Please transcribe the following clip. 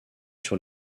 sur